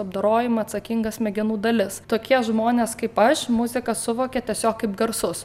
apdorojimą atsakingas smegenų dalis tokie žmonės kaip aš muziką suvokia tiesiog kaip garsus